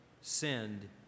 send